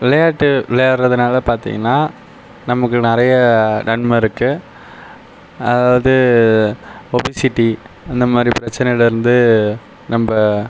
விளையாட்டு விளையாடுகிறதுனால பார்த்தீங்கன்னா நமக்கு நிறையா நன்மை இருக்குது அதாவது ஒபிசிட்டி அந்த மாதிரி பிரச்சினைல இருந்து நம்ம